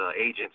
agent